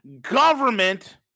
Government